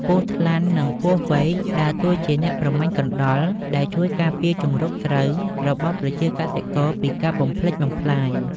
ពស់ថ្លាន់ និងពស់វែក ដើរតួជាអ្នកប្រមាញ់កណ្ដុរ ដែលជួយការពារជង្រុកស្រូវរបស់ប្រជាកសិករពីការបំផ្លិចបំផ្លាញ។